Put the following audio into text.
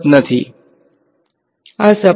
વિદ્યાર્થી સર અમે a ની સર્ફેસ લઈ રહ્યા છીએ